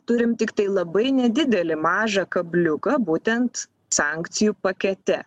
turim tiktai labai nedidelį mažą kabliuką būtent sankcijų pakete